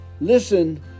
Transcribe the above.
listen